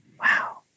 wow